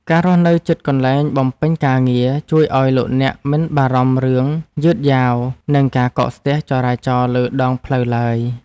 ការរស់នៅជិតកន្លែងបំពេញការងារជួយឱ្យលោកអ្នកមិនបារម្ភរឿងយឺតយ៉ាវនិងការកកស្ទះចរាចរណ៍លើដងផ្លូវឡើយ។